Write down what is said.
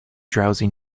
drowsy